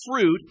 fruit